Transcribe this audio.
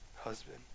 husband